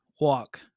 walk